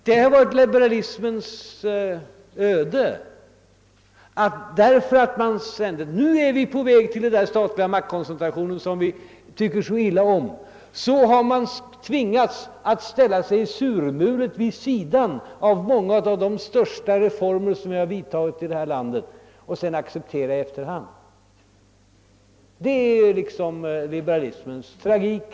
Det har varit liberalismens öde att på grund av sina farhågor för att vi skulle vara på väg mot en statlig maktkoncentration, som man tycker så illa om, tvingas ställa sig surmulet vid sidan om många av de största reformer som genomförts i vårt land, för att sedan i efterhand acceptera dem. Det är liberalismens tragik.